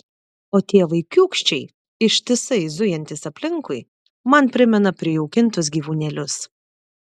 o tie vaikiūkščiai ištisai zujantys aplinkui man primena prijaukintus gyvūnėlius